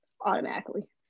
automatically